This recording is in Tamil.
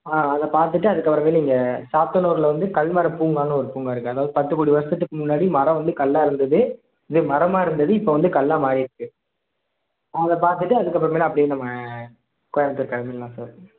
ஆ அதை பார்த்துட்டு அதுக்கு அப்புறமேலு இங்கே சாத்தனூரில் வந்து கல்மரப் பூங்கான்னு ஒரு பூங்கா இருக்குது அதாவது பத்து பன்னெண்டு வருஷத்துக்கு முன்னாடி மரம் வந்து கல்லாக இருந்தது இது மரமாக இருந்தது இப்போ வந்து கல்லா மாறிருக்கு அங்கே பார்த்துட்டு அதுக்கு அப்புறமேலு அப்படியே நம்ம கோயம்புத்தூர் கிளம்பிட்லாம் சார்